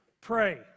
pray